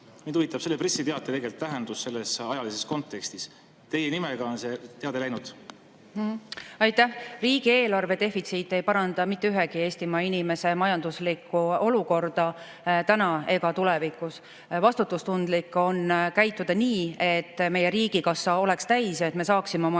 Mind huvitab selle pressiteate tähendus ajalises kontekstis. Teie nimega on see teade läinud. Aitäh! Riigieelarve defitsiit ei paranda mitte ühegi Eestimaa inimese majanduslikku olukorda täna ega tulevikus. Vastutustundlik on käituda nii, et meie riigikassa oleks täis ja et me saaksime oma